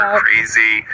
crazy